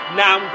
now